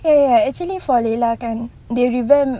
ya ya actually for kan they revamp